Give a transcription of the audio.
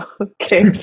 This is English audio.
okay